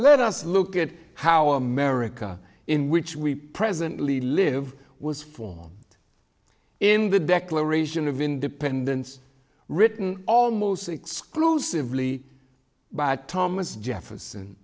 let us look at how america in which we presently live was formed in the declaration of independence written almost exclusively by thomas jefferson